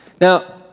Now